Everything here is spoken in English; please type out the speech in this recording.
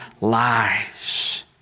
lives